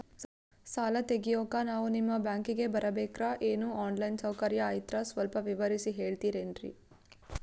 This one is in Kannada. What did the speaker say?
ಸಾಲ ತೆಗಿಯೋಕಾ ನಾವು ನಿಮ್ಮ ಬ್ಯಾಂಕಿಗೆ ಬರಬೇಕ್ರ ಏನು ಆನ್ ಲೈನ್ ಸೌಕರ್ಯ ಐತ್ರ ಸ್ವಲ್ಪ ವಿವರಿಸಿ ಹೇಳ್ತಿರೆನ್ರಿ?